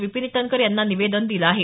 विपिन ईटनकर यांना निवेदन दिलं आहे